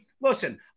listen